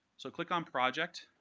so click on project,